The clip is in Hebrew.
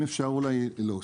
אם אפשר להוסיף,